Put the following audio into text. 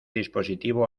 dispositivo